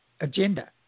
agenda